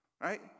right